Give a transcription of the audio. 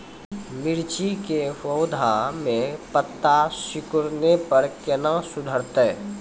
मिर्ची के पौघा मे पत्ता सिकुड़ने पर कैना सुधरतै?